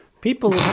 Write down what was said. People